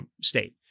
state